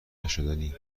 نشدنی